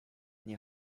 nie